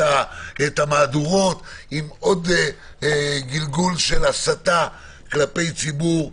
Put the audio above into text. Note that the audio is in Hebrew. המהדורות עם עוד גלגול של הסתה כלפי ציבור.